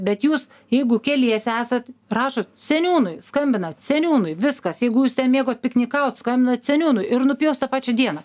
bet jūs jeigu keliese esat rašot seniūnui skambinat seniūnui viskas jeigu jūs ten mėgot piknikaut skambinat seniūnui ir nupjaus tą pačią dieną